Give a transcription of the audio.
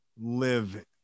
live